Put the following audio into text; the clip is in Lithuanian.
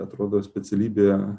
atrodo specialybė